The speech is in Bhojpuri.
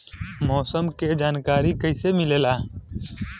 मौसम के जानकारी कैसे मिली?